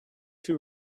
two